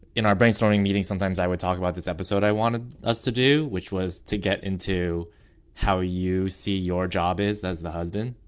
in our brainstorming meeting, sometimes i would talk about this episode i wanted us to do, which was to get into how you see your job is as the husband.